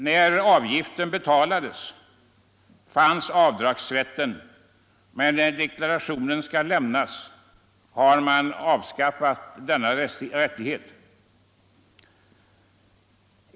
När avgiften betalades fanns denna avdragsrätt, men när deklarationen lämnas in har man avskaffat denna rättighet.